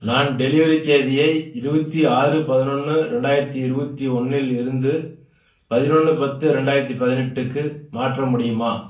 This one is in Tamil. நான் டெலிவரி தேதியை இருபத்தி ஆறு பதினொன்று ரெண்டாயிரத்தி இருபத்தி ஒன்றிலிருந்து பதினொன்று பத்து ரெண்டாயிரத்தி பதினெட்டுக்கு மாற்ற முடியுமா